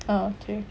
uh okay